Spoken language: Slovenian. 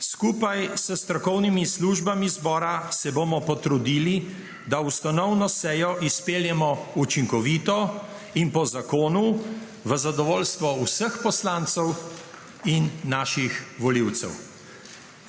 Skupaj s strokovnimi službami zbora se bomo potrudili, da ustanovno sejo izpeljemo učinkovito in po zakonu, v zadovoljstvo vseh poslancev in naših volivcev.